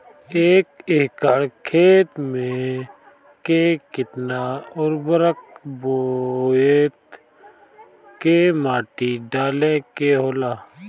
एक एकड़ खेत में के केतना उर्वरक बोअत के माटी डाले के होला?